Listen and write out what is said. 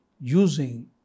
using